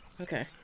Okay